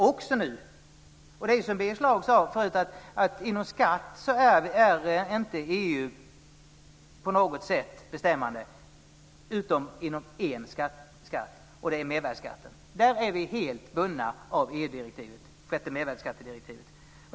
Det är som Birger Schlaug sade. Inom skatteområdet är inte EU på något sätt bestämmande utom när det gäller en skatt, och det är mervärdesskatten. Där är vi helt bundna av EU-direktivet - sjätte mervärdesskattedirektivet.